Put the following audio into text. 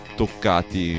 toccati